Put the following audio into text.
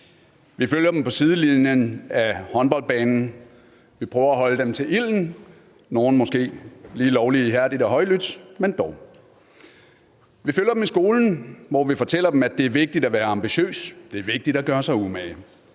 Vi følger dem på sidelinjen af håndboldbanen, vi prøver at holde dem til ilden – nogle måske lige lovlig ihærdigt og højlydt, men dog. Vi følger dem i skolen, hvor vi fortæller dem, at det er vigtigt at være ambitiøs, at det er vigtigt at gøre sig umage.